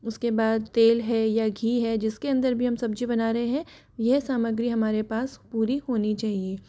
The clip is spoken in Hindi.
उसके बाद तेल है या घी है जिसके अंदर भी हम सब्जी बना रहे है यह सामग्री हमारे पास पूरी होनी चाहिए